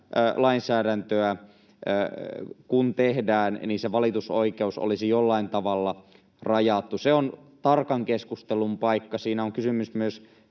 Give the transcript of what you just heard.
lainsäädäntöä tehdään, niin se valitusoikeus olisi jollain tavalla rajattu. Se on tarkan keskustelun paikka, ja siinä on kysymys myös